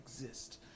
exist